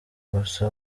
gusa